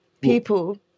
people